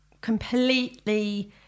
completely